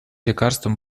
лекарствам